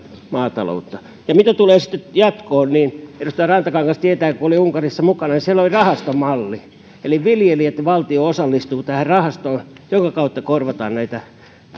maataloutta ja mitä tulee sitten jatkoon niin edustaja rantakangas tietää kun oli unkarissa mukana että siellä oli rahastomalli eli viljelijät ja valtio osallistuvat tähän rahastoon jonka kautta korvataan näitä